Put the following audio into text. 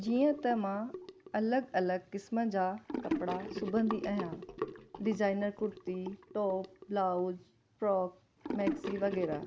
जीअं त मां अलॻि अलॻि क़िस्म जा कपिड़ा सुबंदी आहियां designer kurti top blouse frock maxi वग़ैरह